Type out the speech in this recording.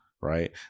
right